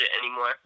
anymore